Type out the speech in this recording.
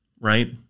right